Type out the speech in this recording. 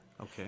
Okay